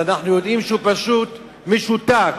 אנחנו יודעים שהוא פשוט משותק